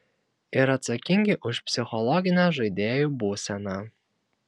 ir atsakingi už psichologinę žaidėjų būseną